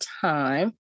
time